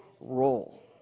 role